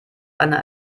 einer